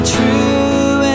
true